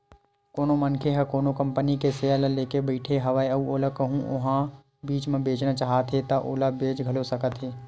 कोनो मनखे ह कोनो कंपनी के सेयर ल लेके बइठे हवय अउ ओला कहूँ ओहा बीच म बेचना चाहत हे ता ओला बेच घलो सकत हे